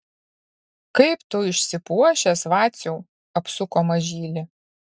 kaip tu išsipuošęs vaciau apsuko mažylį